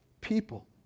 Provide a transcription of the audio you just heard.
people